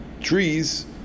trees